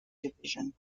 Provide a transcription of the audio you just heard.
division